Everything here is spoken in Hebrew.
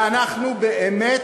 ואנחנו באמת,